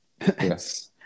yes